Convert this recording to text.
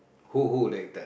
who who the actor